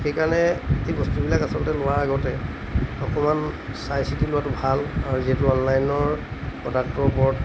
সেইকাৰণে এই বস্তুবিলাক আচলতে লোৱাৰ আগতে অকণমান চাই চিতি লোৱাটো ভাল আৰু যিহেতু অনলাইনৰ প্ৰডাক্টৰ ওপৰত